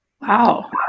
Wow